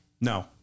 No